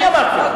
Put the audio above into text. אני אמרתי.